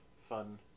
fun